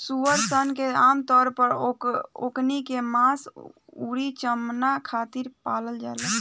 सूअर सन के आमतौर पर ओकनी के मांस अउरी चमणा खातिर पालल जाला